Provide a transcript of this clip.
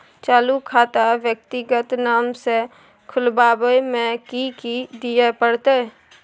चालू खाता व्यक्तिगत नाम से खुलवाबै में कि की दिये परतै?